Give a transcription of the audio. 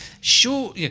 sure